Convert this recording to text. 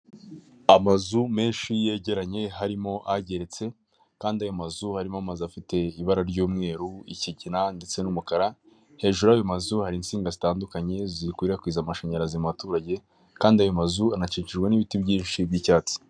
Amazu menshi yegeranye harimo ageretse kandi ayo mazu harimo amazu afite ibara ry'umweru, ikigina, ndetse n'umukara, hejuru yayo mazu hari insinga zitandukanye zikwirakwiza amashanyarazi mu baturage kandi ayo mazu anacikijwe n'ibiti byinshi by'icyatsi.